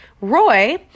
Roy